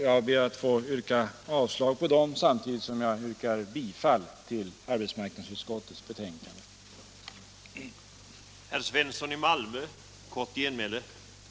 Jag ber att få yrka avslag på dem samtidigt som jag yrkar bifall till arbetsmarknadsutskottets hemställan i betänkande nr 21.